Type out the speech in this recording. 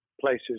places